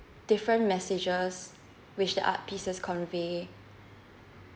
different messages which the art pieces convey